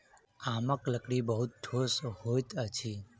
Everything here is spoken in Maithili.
आमक लकड़ी बहुत ठोस होइत अछि